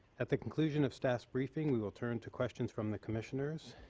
at the conclusion of staffs briefing, we will turn to questions from the commissioners.